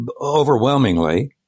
overwhelmingly